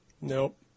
Nope